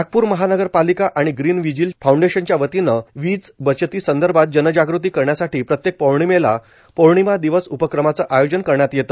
नागप्र महानगरपालिका आणि green vigil फाऊडेशनच्या वतीनं वीज बचतीसंदर्भात जनजाग़ती करण्यासाठी प्रत्येक पोर्णिमेला पोर्णिमा दिवस उपक्रमाचं आयोजन करण्यात येते